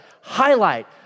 highlight